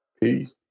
Peace